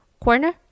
Corner